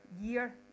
year